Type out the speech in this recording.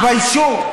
תתביישו.